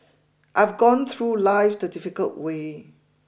I have gone through life the difficult way